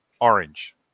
Orange